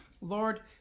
Lord